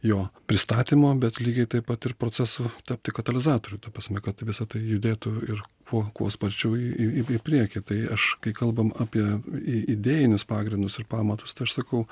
jo pristatymo bet lygiai taip pat ir procesų tapti katalizatoriu ta prasme kad visa tai judėtų ir kuo kuo sparčiau į į priekį tai aš kai kalbam apie i idėjinius pagrindus ir pamatus tai aš sakau